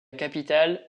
capitale